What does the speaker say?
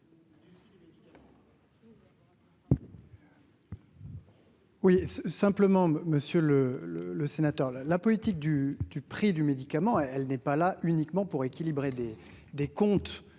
Oui, simplement monsieur le le le sénateur là la politique du du prix du médicament, elle n'est pas là uniquement pour équilibrer des des comptes